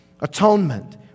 Atonement